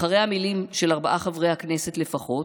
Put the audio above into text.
אחרי המילים "של ארבעה חברי הכנסת לפחות"